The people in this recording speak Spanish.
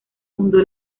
fundó